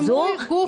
דימוי גוף בריא.